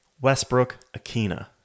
Westbrook-Akina